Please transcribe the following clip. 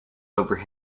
over